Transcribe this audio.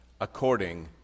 according